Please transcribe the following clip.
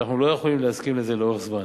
שאנחנו לא יכולים להסכים לזה לאורך זמן.